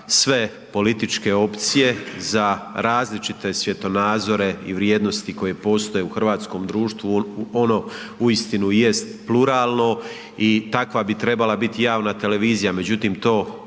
sve političke opcije, za različite svjetonazore i vrijednosti koje postoje u hrvatskom društvu. Ono uistinu jest pluralno i takva bi trebala biti javna televizija. Međutim to,